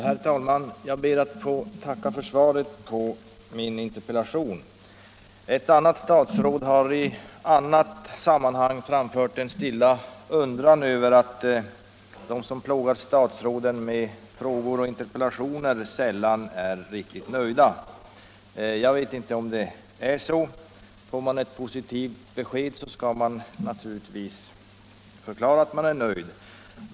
Herr talman! Jag ber att få tacka för svaret på min interpellation. Ett annat statsråd har i annat sammanhang framfört en stilla undran över att de som plågar statsråden med frågor och interpellationer sällan är riktigt nöjda. Jag vet inte om det är så. Får man ett positivt besked skall man naturligtvis förklara att man är nöjd.